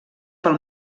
pel